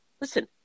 listen